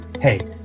Hey